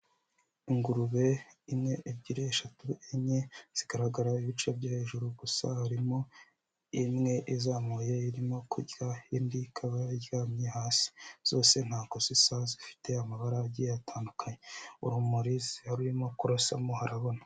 Ingurube: imwe, ebyiri, eshatu, enye, zigaragara ibice byo hejuru gusa, harimo imwe izamuye irimo kurya, indi ikaba iryamye, hasi zose ntabwo zisa, zifite amabara agiye atandukanye, urumuri rurimo kurasamo harabona.